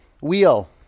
Wheel